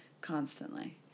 constantly